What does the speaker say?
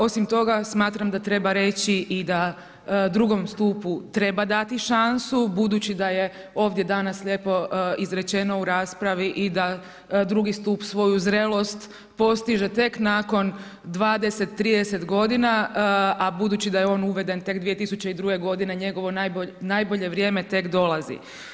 Osim toga smatram da treba reći i da drugom stupu treba dati šansu budući da je ovdje danas lijepo izrečeno u raspravi i da drugi stup svoju zrelost postiže tek nakon 20, 30 godina a budući da je on uveden tek 2002. godine njegovo najbolje vrijeme tek dolazi.